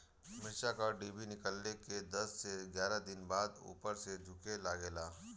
मिरचा क डिभी निकलले के दस से एग्यारह दिन बाद उपर से झुके लागेला?